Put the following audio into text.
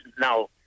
now